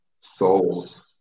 souls